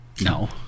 No